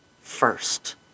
first